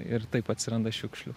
ir taip atsiranda šiukšlių